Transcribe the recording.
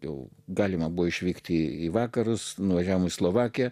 jau galima buvo išvykti į vakarus nuo žemai slovakė